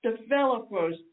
Developers